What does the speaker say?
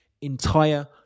entire